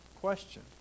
question